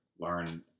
learn